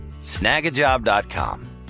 Snagajob.com